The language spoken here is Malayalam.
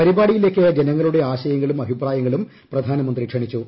പരിപാടിയിലേക്ക് ജനങ്ങളുടെ ആശയങ്ങളും അഭിപ്രായങ്ങളും പ്രധാനമന്ത്രി ക്ഷണിച്ചു